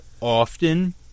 often